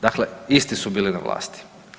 Dakle, isti su bili na vlasti.